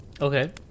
Okay